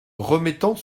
remettant